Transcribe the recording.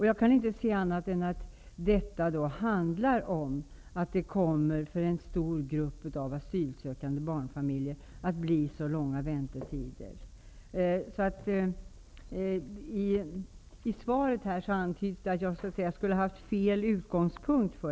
Jag kan inte förstå annat än att detta kommer att innebära långa väntetider för en stor grupp asylsökande. I svaret antyds att jag skulle ha haft fel utgångspunkt.